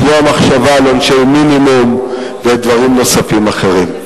כמו המחשבה על עונשי מינימום ודברים נוספים אחרים.